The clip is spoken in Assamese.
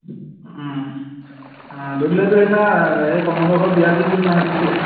দুদুলেতো সেইদিনা এই কমলেশৰ বিয়াত যে যিটো নাচ দিছিলে